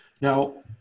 Now